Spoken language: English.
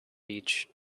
beach